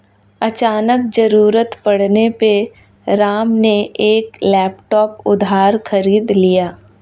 अचानक ज़रूरत पड़ने पे राम ने एक लैपटॉप उधार खरीद लिया